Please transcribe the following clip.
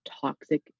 toxic